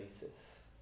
basis